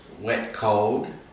wet-cold